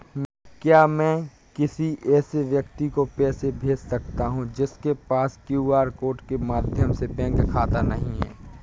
क्या मैं किसी ऐसे व्यक्ति को पैसे भेज सकता हूँ जिसके पास क्यू.आर कोड के माध्यम से बैंक खाता नहीं है?